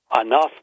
enough